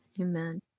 Amen